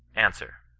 answer.